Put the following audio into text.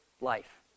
life